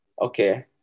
okay